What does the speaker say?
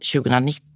2019